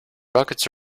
buckets